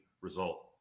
result